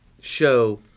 show